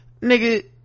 Nigga